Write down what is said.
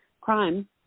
crime